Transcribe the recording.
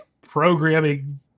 programming